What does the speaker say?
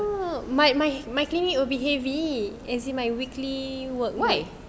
my my my clinic will heavy as in my weekly work